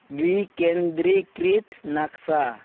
ᱵᱤᱠᱮᱱᱫᱨᱤᱠᱨᱤᱛ ᱱᱟᱠᱥᱟ